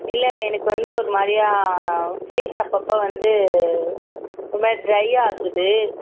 இல்லை எனக்கு வந்து ஒரு மாதிரியா ஃபேஸ் அப்பப்போ வந்து ஒரு மாதிரி ட்ரை ஆகுது